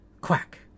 quack